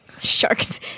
Sharks